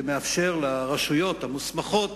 שמאפשר לרשויות המוסמכות